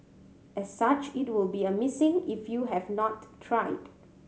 as such it will be a missing if you have not tried